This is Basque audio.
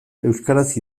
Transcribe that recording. euskaraz